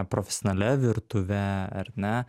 profesionalia virtuve ar ne